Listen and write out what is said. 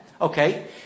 Okay